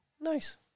Nice